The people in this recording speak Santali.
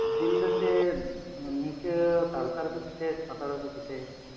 ᱡᱤᱞ ᱫᱚ ᱪᱮᱫ ᱱᱤᱝᱠᱟᱹ ᱛᱟᱞᱥᱟ ᱨᱮᱯᱮ ᱯᱤᱴᱷᱟᱹᱭᱟ ᱥᱮ ᱯᱟᱛᱲᱟ ᱨᱮᱯᱮ ᱯᱤᱴᱷᱟᱹᱭᱟ